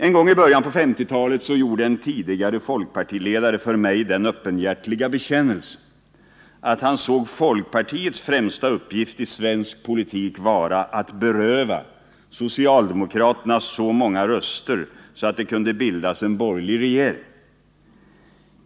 En gång i början på 1950-talet gjorde en tidigare folkpartiledare för mig den öppenhjärtiga bekännelsen att han såg folkpartiets främsta uppgift i svensk politik vara att beröva socialdemokraterna så många röster att det kunde bildas en borgerlig regering.